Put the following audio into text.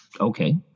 okay